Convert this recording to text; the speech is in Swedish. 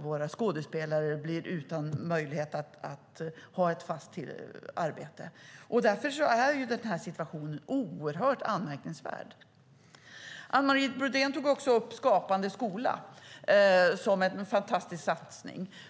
våra skådespelare blir utan möjlighet att ha ett fast arbete. Därför är situationen oerhört anmärkningsvärd. Anne Marie Brodén tog också upp Skapande skola som en fantastisk satsning.